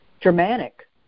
Germanic